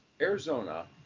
Arizona